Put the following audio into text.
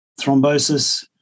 thrombosis